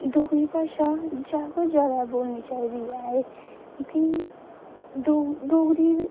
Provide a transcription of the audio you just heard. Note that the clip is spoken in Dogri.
डोगरी भाशा जैदा कोला जैदा बोलनी चाहिदी ऐ क्योंकि डो डोगरी दे